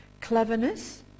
cleverness